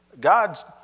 God's